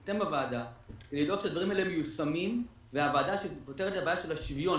לדאוג שהדברים האלה מיושמים והוועדה פותרת את הבעיה של השוויון,